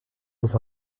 dans